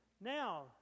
Now